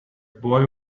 boy